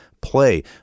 play